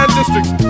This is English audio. districts